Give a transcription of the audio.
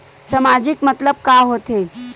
सामाजिक मतलब का होथे?